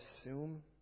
assume